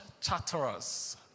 chatterers